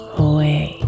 away